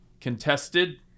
contested